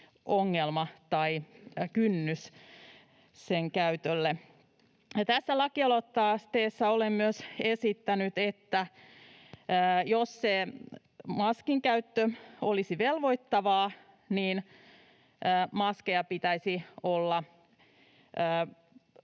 ongelma tai kynnys sen käytölle niin suuri. Tässä lakialoitteessa olen myös esittänyt, että jos se maskin käyttö olisi velvoittavaa, maskeja pitäisi olla